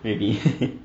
maybe